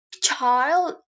child